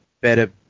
better